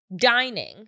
dining